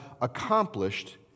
accomplished